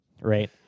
right